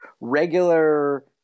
regular